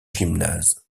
gymnase